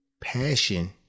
Passion